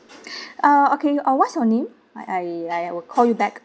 ah okay uh what's your name I I I will call you back